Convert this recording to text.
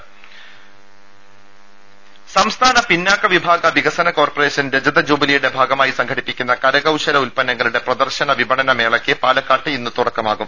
ടെട്ട സംസ്ഥാന പിന്നാക്ക വിഭാഗ വികസന കോർപ്പറേഷൻ രജത ജൂബിലിയുടെ ഭാഗമായി സംഘടിപ്പിക്കുന്ന കരകൌശല ഉൽപന്നങ്ങളുടെ പ്രദർശന വിപണന മേളയ്ക്ക് പാലക്കാട്ട് ഇന്ന് തുടക്കമാകും